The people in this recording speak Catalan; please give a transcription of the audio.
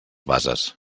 bases